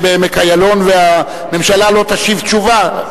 בעמק איילון והממשלה לא תשיב תשובה.